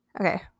Okay